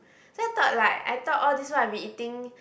so I thought like I thought all this while I've been eating